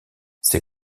ses